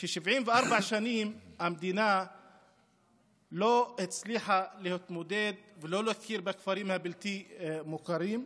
ש-74 שנים המדינה לא הצליחה להתמודד ולא הכירה בכפרים הבלתי-מוכרים,